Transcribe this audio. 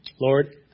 Lord